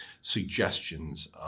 suggestions